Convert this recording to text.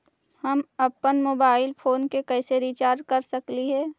हम अप्पन mobile phone के कैसे रिचार्ज कर सकली हे?